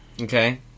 Okay